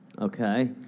Okay